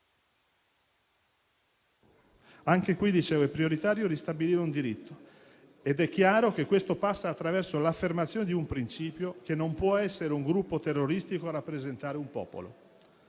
anche in questo caso è prioritario ristabilire un diritto ed è chiaro che questo passa attraverso l'affermazione di un principio: non può essere un gruppo terroristico a rappresentare un popolo.